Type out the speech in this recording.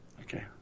okay